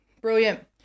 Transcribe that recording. brilliant